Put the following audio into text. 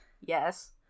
Yes